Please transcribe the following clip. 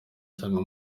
cyangwa